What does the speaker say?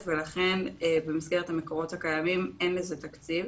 ולכן במסגרת המקורות הקיימים אין לזה תקציב.